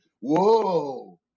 whoa